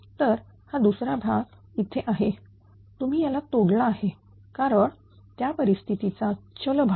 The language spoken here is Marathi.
तर हा दुसरा भाग इथे आहे तुम्ही याला तोडला आहे कारण त्या परिस्थितीचा चल भाग